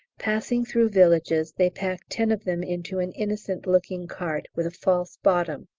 passing through villages they pack ten of them into an innocent-looking cart with a false bottom.